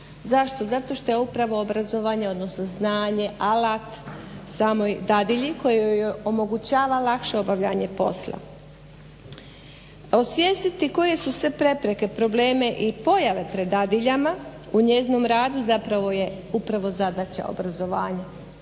Zašto? Zato što je upravo obrazovanje, odnosno znanje alat samoj dadilji koji joj omogućava lakše obavljanje posla. O svijesti koje su sve prepreke, probleme i pojave pred dadiljama u njezinom radu zapravo je upravo zadaća obrazovanja.